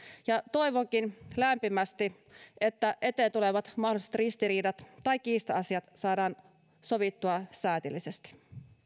ja toivonkin lämpimästi että eteen tulevat mahdolliset ristiriidat tai kiista asiat saadaan sovittua säällisesti